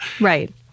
Right